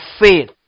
faith